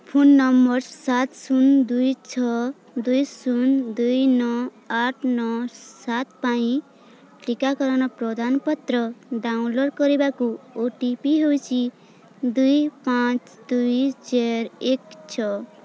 phone number ସାତ ଶୂନ ଦୁଇ ଛଅ ଦୁଇ ଶୂନ ଦୁଇ ନଅ ଆଠ ନଅ ସାତ ପାଇଁ ଟିକାକରଣ ପ୍ରମାଣପତ୍ର ଡାଉନଲୋଡ଼୍ କରିବାକୁ ଓ ଟି ପି ହେଉଛି ଦୁଇ ପାଞ୍ଚ ଦୁଇ ଚାରି ଏକ ଛଅ